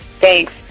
Thanks